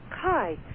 hi